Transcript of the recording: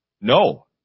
No